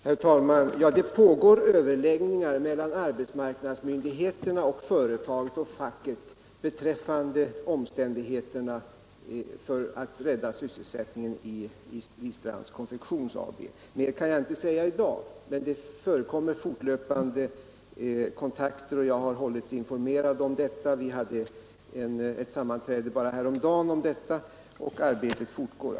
Herr talman! Det pågår överläggningar mellan arbetsmarknadsmyndigheterna, företaget och facket i syfte att försöka rädda sysselsättningen vid Strands Konfektions AB. Mer kan jag inte säga i dag. Det förekommer fortlöpande kontakter, och jag har hela tiden hållits informerad om dessa. Vi hade så sent som häromdagen ett sammanträde om detta, och arbetet fortgår.